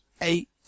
eight